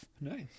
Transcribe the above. Nice